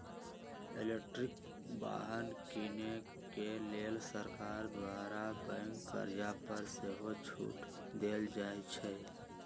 electric वाहन किने के लेल सरकार द्वारा बैंक कर्जा पर सेहो छूट देल जाइ छइ